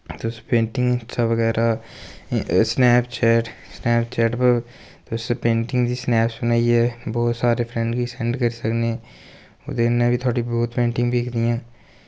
तुस पेंटिंग सा बगैरा स्नैपचैट स्नैपचैट पर तुस पेंटिंग दे स्नैपस बनाइयै बोह्त सारे फ्रैंड गी सैंड करी सकनें ओह्दे कन्नै बी थोह्ड़ी पेंटिंगां बिकदियां न